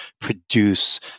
produce